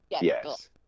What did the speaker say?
yes